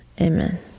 amen